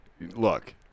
Look